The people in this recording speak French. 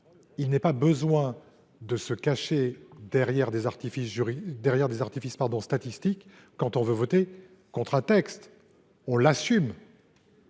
: nul besoin de se cacher derrière des artifices statistiques quand on veut voter contre un texte, il faut assumer